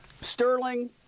Sterling